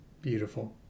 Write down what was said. beautiful